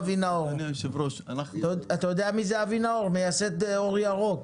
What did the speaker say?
אבי נאור זה מייסד "אור ירוק",